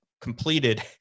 completed